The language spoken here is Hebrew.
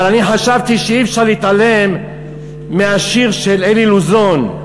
אבל אני חשבתי שאי-אפשר להתעלם מהשיר של אלי לוזון,